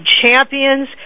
champions